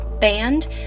band